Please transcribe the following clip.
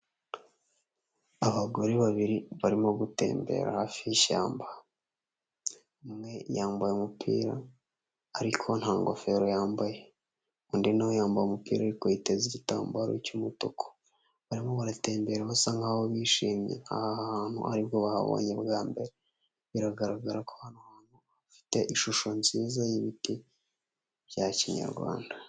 Abagore babiri barimo gutembera hafi y'ishyamba, umwe yambaye umupira ariko nta ngofero yambaye, undi na we yambaye umupira ariko yiteza igitambaro cy'umutuku barimo baratembera basa nkaho bishimye, nkaho aha hantu ari bwo bahabonye bwa mbere, biragaragara ko aha hantu hafite ishusho nziza y'ibiti bya kinyarwanda.